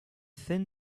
thin